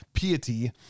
piety